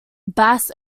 bass